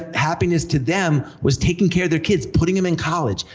happiness to them, was taking care of their kids, putting them in college,